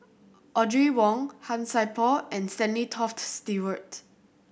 Audrey Wong Han Sai Por and Stanley Toft Stewart